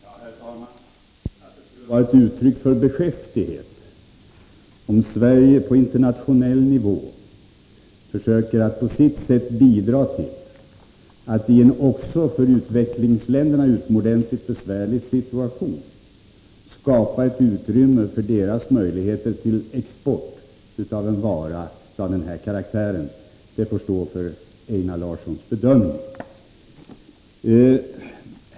Herr talman! Att det skulle vara ett uttryck för beskäftighet om Sverige på internationell nivå försöker att på sitt sätt bidra till att i en också för utvecklingsländerna utomordentligt besvärlig situation skapa ett utrymme för deras möjligheter till export av en vara av denna karaktär är en bedömning som Einar Larsson får stå för.